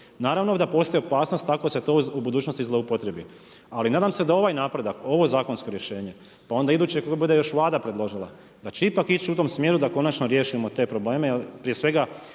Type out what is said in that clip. Naravno da postoji opasnost ako se to u budućnosti zloupotrijebi, ali nadam se da ovaj napredak, ovo zakonsko rješenje, pa onda idući ako bude još Vlada predložila, da će ipak ići u tom smjeru da konačno riješimo te probleme, jer prije svega,